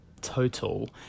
total